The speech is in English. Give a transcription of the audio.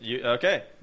Okay